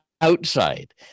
outside